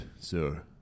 Sir